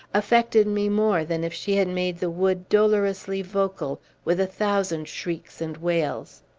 affected me more than if she had made the wood dolorously vocal with a thousand shrieks and wails.